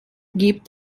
gibt